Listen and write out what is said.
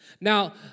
Now